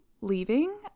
leaving